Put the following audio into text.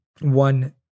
One